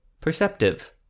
Perceptive